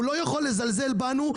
הוא לא יכול לזלזל בנו,